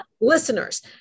listeners